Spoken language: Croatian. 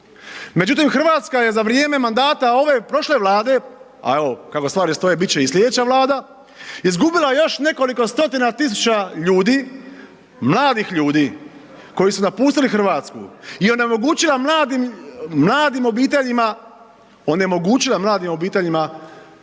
Međutim, Hrvatska je za vrijeme mandata ove prošle Vlade, a evo kako stvari stoje bit će i sljedeća Vlada, izgubila još nekoliko stotina tisuća ljudi, mladih ljudi koji su napustili Hrvatsku i onemogućila mladim obiteljima da stvaraju obitelj,